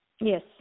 Yes